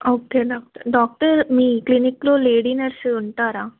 okay doctor doctor మీ క్లినిక్లో lady nurse ఉంటారా